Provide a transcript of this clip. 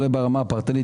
אולי ברמה הפרטנית,